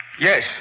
Yes